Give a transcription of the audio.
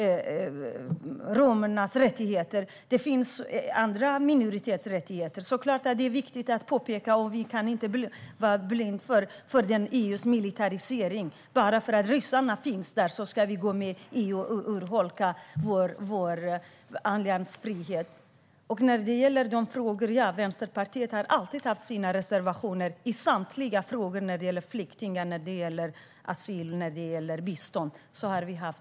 Det handlar också om andra minoriteters rättigheter. Det är självklart viktigt att påpeka detta, och vi kan inte vara blinda för EU:s militarisering. Bara för att ryssarna finns där ska vi gå med i EU och urholka vår alliansfrihet, verkar ni tycka. När det gäller budgetfrågorna har Vänsterpartiet alltid haft sina reservationer i samtliga frågor när det gäller flyktingar, asyl och bistånd.